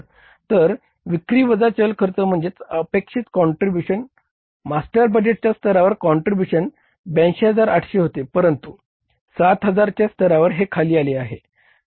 तर विक्री वजा चल खर्च म्हणजे अपेक्षित काँट्रीब्युशन मास्टर बजेटच्या स्तरावर काँट्रीब्युशन 82800 होते परंतु 7000 च्या स्तरावर हे खाली आले आहे